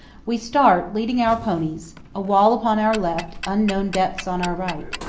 we start, leading our ponies a wall upon our left unknown depths on our right.